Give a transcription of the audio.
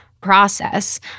process